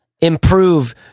improve